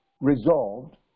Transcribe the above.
resolved